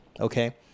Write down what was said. Okay